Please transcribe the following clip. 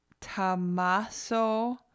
tamaso